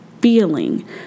feeling